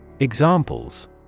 Examples